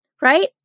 right